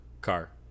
Car